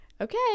okay